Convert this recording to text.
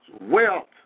wealth